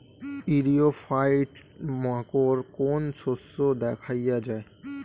ইরিও ফাইট মাকোর কোন শস্য দেখাইয়া যায়?